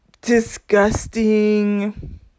disgusting